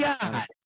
God